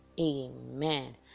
Amen